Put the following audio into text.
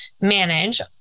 manage